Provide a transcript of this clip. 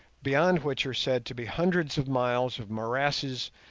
beyond which are said to be hundreds of miles of morasses,